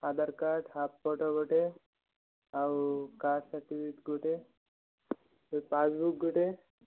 ଆଧାର card half photo ଗୋଟେ ଆଉ ଗୋଟେ ପାସ୍ବୁକ୍ ଗୋଟେ